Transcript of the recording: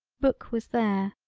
book was there,